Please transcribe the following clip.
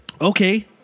okay